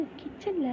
kitchen